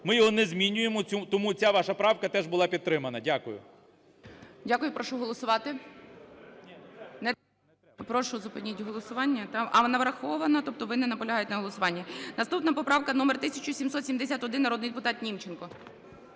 Ми його не змінюємо, тому ця ваша правка теж була підтримана. Дякую.